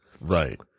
Right